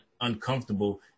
uncomfortable